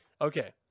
Okay